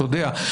אתה יודע.